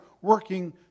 working